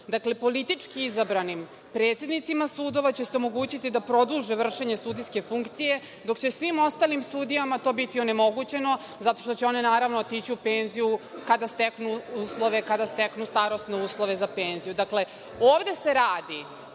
Dakle, politički izabranim predsednicima sudova će se omogućiti da produže vršenje sudijske funkcije, dok će svim ostalim sudijama to biti onemogućeno, zato što će oni naravno otići u penziju kada steknu uslove, kada steknu starosne uslove za penziju. Dakle, ovde se radi,